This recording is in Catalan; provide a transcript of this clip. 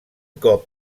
cop